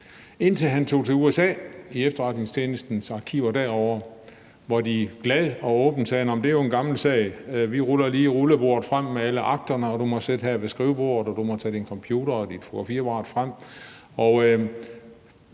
indtil han tog til USA og besøgte efterretningstjenestens arkiver derovre, hvor de glad og åbent sagde: Nå, men det er jo en gammel sag, vi ruller lige rullebordet frem med alle akterne, og du må sidde her ved skrivebordet, og du må tage din computer og fotografiapparat frem.